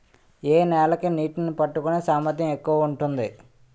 ఏ నేల కి నీటినీ పట్టుకునే సామర్థ్యం ఎక్కువ ఉంటుంది?